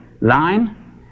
line